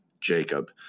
Jacob